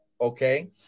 Okay